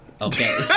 Okay